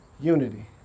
unity